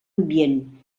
ambient